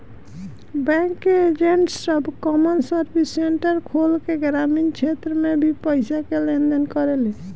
bank के agent सब common service centre खोल के ग्रामीण क्षेत्र में भी पईसा के लेन देन करेले